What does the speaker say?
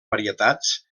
varietats